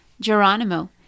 Geronimo